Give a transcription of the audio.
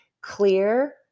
clear